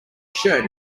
shirt